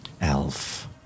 elf